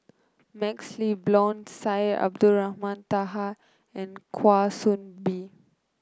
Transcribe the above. MaxLe Blond Syed Abdulrahman Taha and Kwa Soon Bee